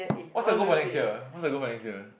what's your goal for next year what's your goal for next year